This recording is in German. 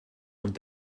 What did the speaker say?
und